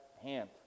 hand